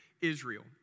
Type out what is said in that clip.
Israel